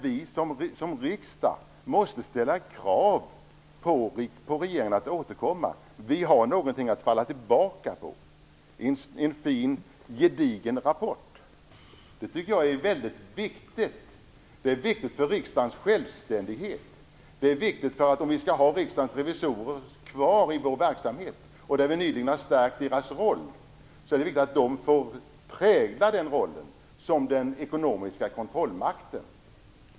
Vi som riksdag måste ställa krav på regeringen att återkomma. Vi har någonting att falla tillbaka på, en fin gedigen rapport. Det tycker jag är mycket viktigt. Det är viktigt för riksdagens självständighet. Det är viktigt om vi skall ha Riksdagens revisorer kvar i vår verksamhet. Eftersom vi nyligen har stärkt deras roll är det viktigt att de får prägla den rollen, som den ekonomiska kontrollmakten.